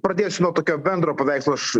pradėsiu nuo tokio bendro paveikslo aš